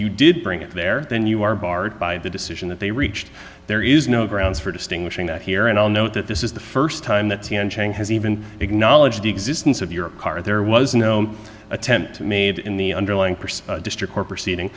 you did bring it there then you are barred by the decision that they reached there is no grounds for distinguishing that here and i'll note that this is the st time that chang has even acknowledged the existence of your car there was no attempt made in the underlying pursuit district court proceeding